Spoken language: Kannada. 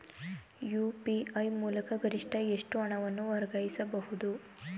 ಯು.ಪಿ.ಐ ಮೂಲಕ ಗರಿಷ್ಠ ಎಷ್ಟು ಹಣವನ್ನು ವರ್ಗಾಯಿಸಬಹುದು?